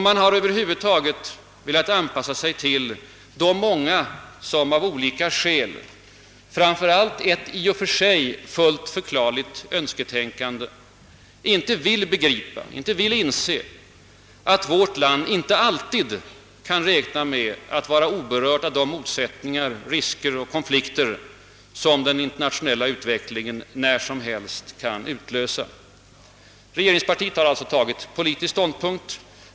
Man har över huvud taget velat anpassa sig till de många som av olika skäl — framför allt ett i och för sig fullt förklarligt önsketänkande — inte vill begripa att vårt land inte alltid kan räkna med att vara oberört av de motsättningar, risker och konflikter som den internationella utvecklingen när som helst kan utlösa. Regeringspartiet har alltså tagit politisk ståndpunkt.